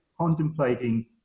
contemplating